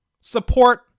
support